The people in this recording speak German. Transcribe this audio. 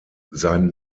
sein